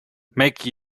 make